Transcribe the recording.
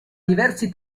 diversi